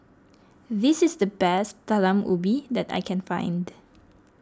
this is the best Talam Ubi that I can find